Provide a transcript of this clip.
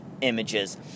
images